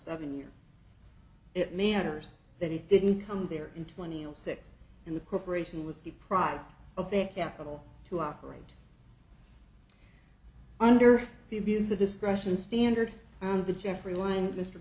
seven year it meanders that it didn't come there in twenty six in the corporation was deprived of their capital to operate under the abuse of discretion standard of the jeffrey